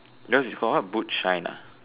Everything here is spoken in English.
yours is called what boot shine ah